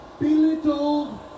belittled